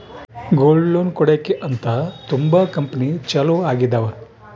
gold loan ಕೊಡಕ್ಕೆ ಅಂತ ತುಂಬಾ ಕಂಪೆನಿ ಚಾಲೂ ಆಗಿದಾವ